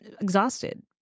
exhausted